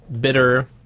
bitter